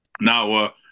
Now